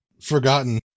forgotten